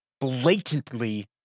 blatantly